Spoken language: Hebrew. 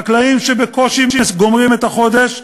חקלאים שבקושי גומרים את החודש,